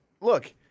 look